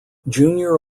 junior